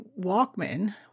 Walkman